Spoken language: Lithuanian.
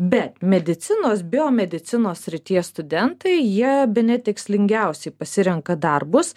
bet medicinos biomedicinos srities studentai jie bene tikslingiausiai pasirenka darbus